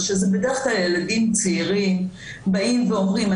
כתוב: "והתייעץ עם העובד הסוציאלי מטעם המוסד